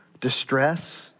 distress